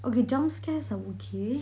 okay jump scares I'm okay